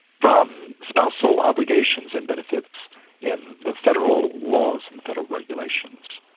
from spousal obligations and benefits in the federal laws and but regulations.